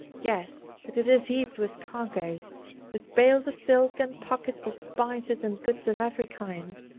yes, but it is heaped with cargoes with bales of silk, and pockets of spices, and goods of every kind.